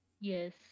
Yes